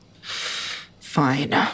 Fine